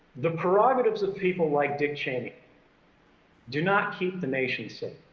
the prerogatives of people like dick cheney do not keep the nation safe.